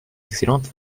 excellente